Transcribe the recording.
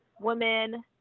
women